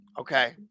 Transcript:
Okay